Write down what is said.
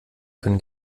können